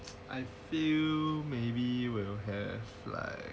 I feel maybe will have like